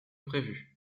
prévu